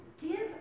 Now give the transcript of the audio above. give